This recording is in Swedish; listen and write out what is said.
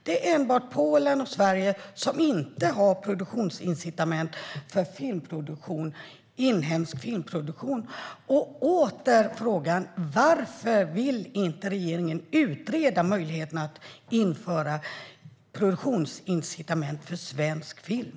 Det är enbart Polen och Sverige som inte har produktionsincitament för inhemsk filmproduktion. Varför vill regeringen inte utreda möjligheterna att införa produktionsincitament för svensk film?